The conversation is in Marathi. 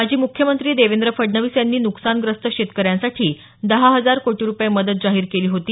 माजी मुख्यमंत्री देवेंद्र फडणवीस यांनी न्कसानग्रस्त शेतकऱ्यांसाठी दहा हजार कोटी रुपये मदत जाहीर केली होती